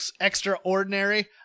extraordinary